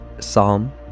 psalm